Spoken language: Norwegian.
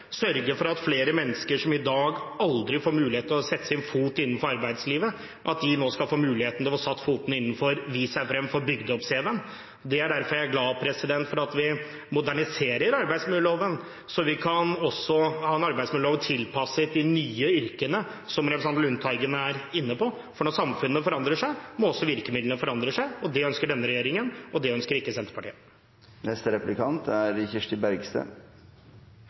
sørge for at flere mennesker som i dag aldri får muligheten til å sette sin fot innenfor arbeidslivet, nå skal få muligheten til å få satt foten innenfor, få vist seg frem og få bygd opp CV-en. Det er derfor jeg er glad for at vi moderniserer arbeidsmiljøloven, så vi også kan ha en arbeidsmiljølov tilpasset de nye yrkene, som representanten Lundteigen er inne på. For når samfunnet forandrer seg, må også virkemidlene forandre seg. Det ønsker denne regjeringen, men det ønsker ikke Senterpartiet.